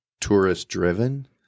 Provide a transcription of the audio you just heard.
tourist-driven